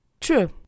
True